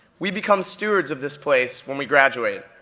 we become stewards of this place when we graduate.